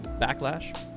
backlash